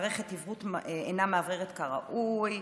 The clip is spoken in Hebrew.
מערכת האוורור אינה מאווררת כראוי.